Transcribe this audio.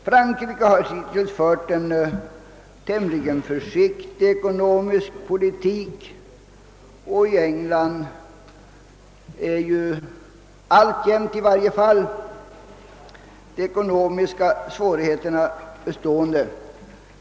Frankrike har hittills fört en tämligen försiktig ekonomisk politik, och i England består ju alltjämt de ekonomiska svårigheterna.